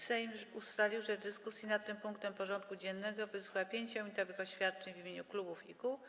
Sejm ustalił, że w dyskusji nad tym punktem porządku dziennego wysłucha 5-minutowych oświadczeń w imieniu klubów i kół.